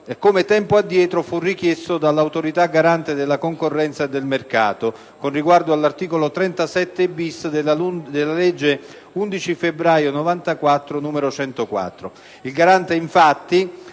come tempo addietro fu richiesto dall'Autorità garante della concorrenza e del mercato, con riguardo all'articolo 37-*bis* della legge 11 febbraio 1994, n. 104. Il Garante, infatti,